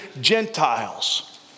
Gentiles